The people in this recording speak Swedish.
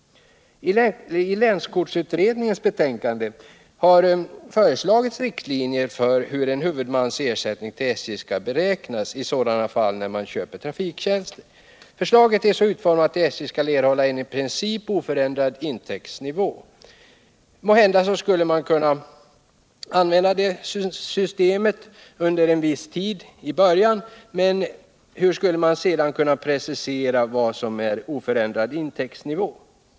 I länskortutredningens betänkande har föreslagits riktlinjer för hur en huvudmans ersättning till SJ skall beräknas i sådana fall där denna köper trafiktjänster av SJ. Förslaget är så utformat att SJ skall erhålla en i princip oförändrad intäktsnivå. Måhända skulle ett sådant system kunna fungera under ett par år, men hur skulle man sedan kunna precisera vad som är oförändrad intäktsnivå?